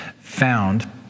found